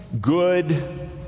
good